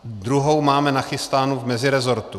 Druhou máme nachystánu v meziresortu.